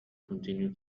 continue